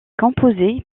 composée